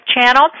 Channel